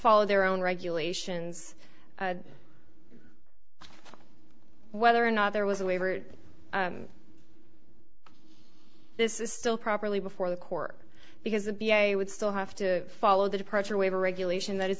follow their own regulations whether or not there was a waiver this is still properly before the court because the b a would still have to follow the departure waiver regulation that is